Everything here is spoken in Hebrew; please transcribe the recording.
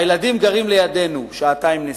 הילדים גרים לידנו, שעתיים נסיעה.